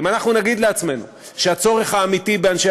אם אנחנו נגיד לעצמנו שהצורך האמיתי באנשי